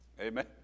Amen